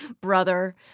brother